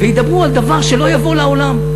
וידברו על דבר שלא יבוא לָעולם.